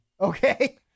Okay